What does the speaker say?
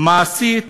מעשית